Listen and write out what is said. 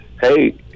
hey